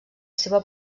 seva